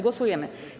Głosujemy.